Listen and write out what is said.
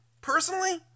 Personally